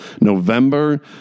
november